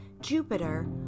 Jupiter